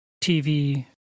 TV